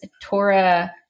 Torah